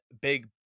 Big